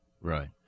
right